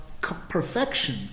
perfection